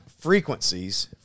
frequencies